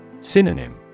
Synonym